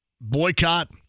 boycott